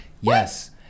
yes